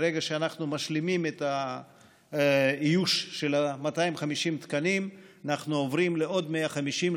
ברגע שאנחנו משלימים את האיוש של 250 התקנים אנחנו עוברים לעוד 150,